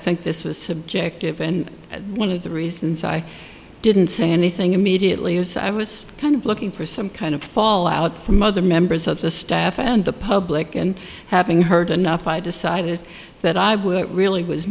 think this was subjective and one of the reasons i didn't say anything immediately as i was kind of looking for some kind of fallout from other members of the staff and the public and having heard enough i decided that i wouldn't really was